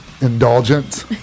indulgence